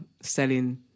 selling